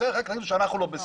אחר כך תגידו שאנחנו לא בסדר.